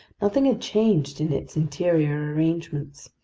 nothing had changed in its interior arrangements.